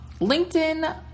LinkedIn